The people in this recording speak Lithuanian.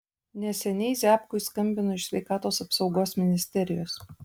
neseniai ziabkui skambino iš sveikatos apsaugos ministerijos